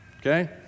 Okay